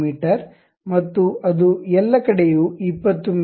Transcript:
me ಮತ್ತು ಅದು ಎಲ್ಲಕಡೆಯೂ 20 ಮಿ